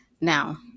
Now